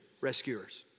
rescuers